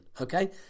Okay